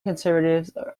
conservatives